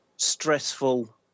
stressful